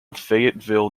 fayetteville